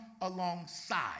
alongside